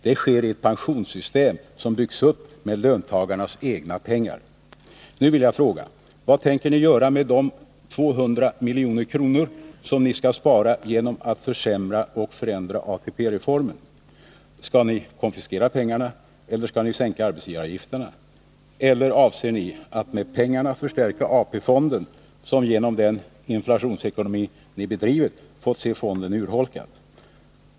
Det sker i ett pensionssystem som byggts upp med löntagarnas egna pengar. Nu vill jag fråga: Vad tänker ni göra med de 200 milj.kr. som ni skall spara genom att försämra och förändra ATP-reformen? Skall ni konfiskera pengarna eller skall ni sänka arbetsgivaravgifterna? Eller avser ni att med pengarna förstärka AP-fonden, som genom den inflationsekonomi ni bedrivit fått se sina tillgångar urholkade?